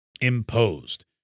imposed